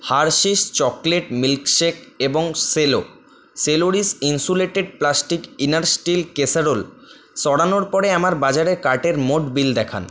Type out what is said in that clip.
Hershey's chocolate milk shake এবং Cello Solaris insulated plastic inner steel casserole সরানোর পরে আমার বাজারের কার্টের মোট বিল দেখান